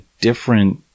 different